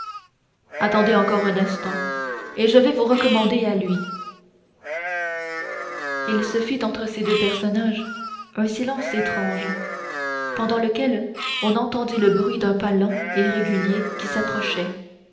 attendez encore un instant et je vais vous recommander à lui il se fit entre ces deux personnages un silence étrange pendant lequel on entendit le bruit d'un pas lent et régulier qui se